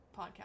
podcast